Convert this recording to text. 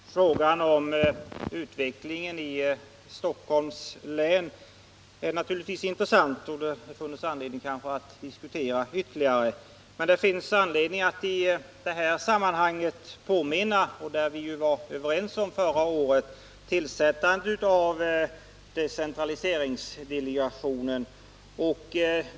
Herr talman! Frågan om utvecklingen i Stockholms län är naturligtvis intressant, och det finns kanske anledning att diskutera den ytterligare. Men det finns också anledning att i detta sammanhang påminna om — och på den punkten var vi ju överens förra året — tillsättandet av decentraliseringsdelegationen.